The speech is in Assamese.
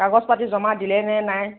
কাগজ পাতি জমা দিলে নে নাই